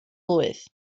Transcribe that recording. blwydd